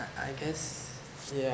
I I guess yeah